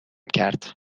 کرد